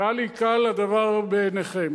ואל יקל הדבר בעיניכם.